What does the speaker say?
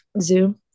zoom